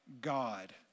God